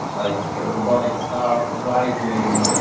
like robotic stuff, driving,